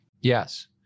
Yes